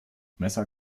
messer